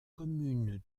communes